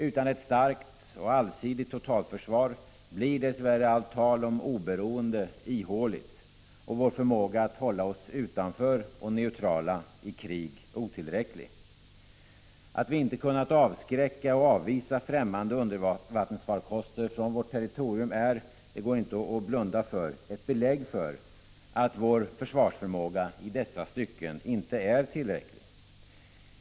Utan ett starkt och allsidigt totalförsvar blir dess värre allt tal om oberoende ihåligt och vår förmåga att hålla oss utanför och neutrala i krig otillräcklig. Att vi inte har kunnat avskräcka och avvisa fftämmande undervattensfarkoster från vårt territorium är — det går inte att blunda för — ett belägg för att vår försvarsförmåga i dessa stycken inte är tillräcklig.